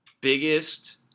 biggest—